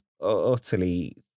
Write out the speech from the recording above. utterly